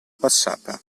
passata